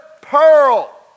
pearl